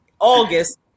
August